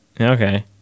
okay